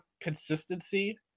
consistency